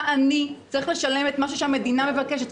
אני צריך לשלם את מה שהמדינה מבקשת,